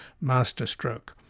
masterstroke